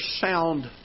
sound